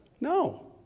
no